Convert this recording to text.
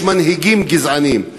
יש מנהיגים גזענים.